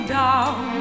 down